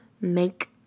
make